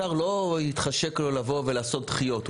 השר לא יתחשק לו לבוא ולעשות דחיות,